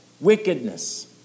wickedness